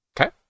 Okay